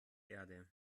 erde